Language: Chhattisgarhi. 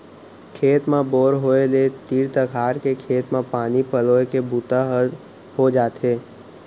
खेत म बोर होय ले तीर तखार के खेत म पानी पलोए के बूता ह हो जाथे